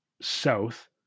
south